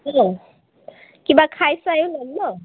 কিবা খাই চাইও ল'ম ন'